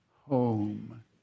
home